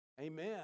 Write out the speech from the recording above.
amen